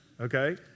Okay